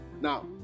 Now